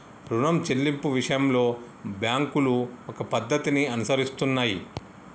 రుణం చెల్లింపు విషయంలో బ్యాంకులు ఒక పద్ధతిని అనుసరిస్తున్నాయి